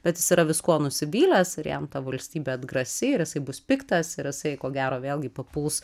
bet jis yra viskuo nusivylęs ir jam ta valstybė atgrasi ir jisai bus piktas ir jisai ko gero vėlgi papuls